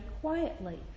quietly